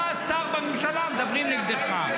אתה שר בממשלה, מדברים נגדך.